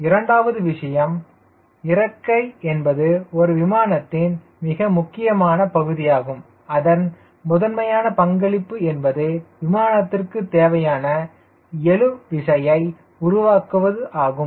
இரண்டாவது விஷயம் இறக்கை என்பது ஒரு விமானத்தின் மிக முக்கியமான பகுதியாகும் அதன் முதன்மையான பங்களிப்பு என்பது விமானத்திற்கு தேவையான எழு விசையை உருவாக்குவதாகும்